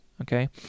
okay